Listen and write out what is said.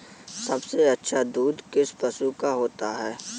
सबसे अच्छा दूध किस पशु का होता है?